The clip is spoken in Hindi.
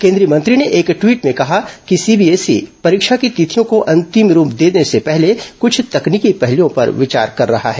केंद्रीय मंत्री ने एक टवीट में कहा कि सीबीएसई परीक्षा की तिथियों को अंतिम रूप देने से पहले कुछ तकनीकी पहलुओं पर विचार कर रहा है